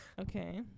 Okay